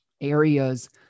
areas